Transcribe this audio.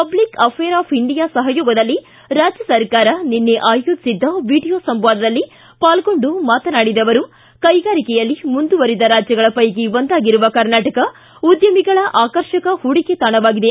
public affair of India ಸಹಯೋಗದಲ್ಲಿ ರಾಜ್ಯ ಸರ್ಕಾರ ನಿನ್ನೆ ಆಯೋಜಿಸಿದ್ದ ವೀಡಿಯೋ ಸಂವಾದದಲ್ಲಿ ಪಾಲ್ಗೊಂಡು ಮಾತನಾಡಿದ ಅವರು ಕೈಗಾರಿಕೆಯಲ್ಲಿ ಮುಂದುವರಿದ ರಾಜ್ಯಗಳ ಪೈಕಿ ಒಂದಾಗಿರುವ ಕರ್ನಾಟಕ ಉದ್ಯಮಿಗಳ ಆಕರ್ಷಕ ಹೂಡಿಕೆ ತಾಣವಾಗಿದೆ